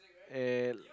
at